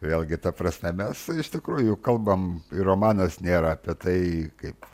vėlgi ta prasme mes iš tikrųjų kalbam ir romanas nėra apie tai kaip